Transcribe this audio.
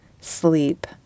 sleep